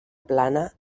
plana